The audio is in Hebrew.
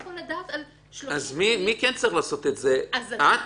מי צריך לעשות את זה - את?